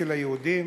אצל היהודים,